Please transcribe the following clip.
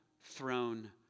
throne